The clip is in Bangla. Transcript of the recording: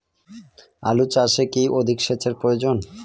আলু চাষে কি অধিক সেচের প্রয়োজন?